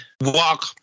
walk